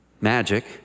magic